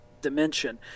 dimension